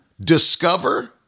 discover